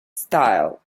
style